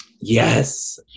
Yes